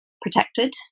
protected